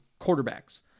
quarterbacks